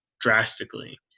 drastically